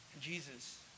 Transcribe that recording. Jesus